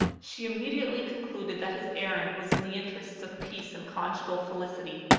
she immediately concluded that his errand was in the interests of peace and conjugal felicity.